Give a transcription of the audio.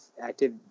active